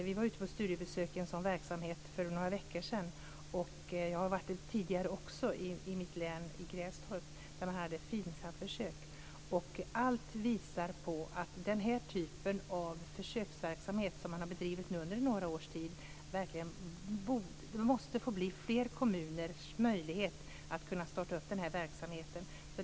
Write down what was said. Vi var ute på ett studiebesök i en sådan verksamhet för några veckor sedan, och jag har varit ute tidigare också i mitt län, i Grästorp. Där hade man ett FINSAM-försök. Allt visar på att fler kommuner måste få möjlighet att starta upp den här typen av försöksverksamhet som man har bedrivit under några års tid.